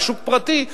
בשוק פרטי,